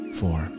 four